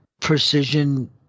precision